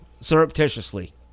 surreptitiously